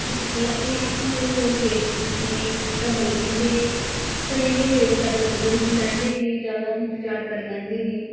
इस गल्ला केह् हा कि ओह् लोक बेबकूफ हे थोह्ड़ा बल्गी जंदे हे घरे च गै बेट करी लंदे रुकी लेदें हे ज्यादा इंतजार करी लंदे हे